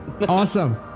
awesome